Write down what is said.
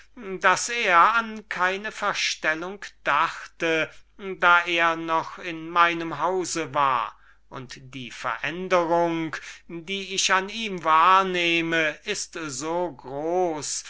daß er an keine verstellung dachte da er noch in meinem hause war und die veränderung die ich an ihm wahrnehme ist so groß